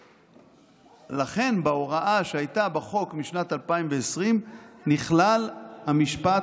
לכן בהוראה שהייתה בחוק משנת 2020 נכלל המשפט